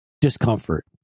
discomfort